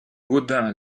gaudin